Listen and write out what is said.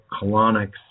colonics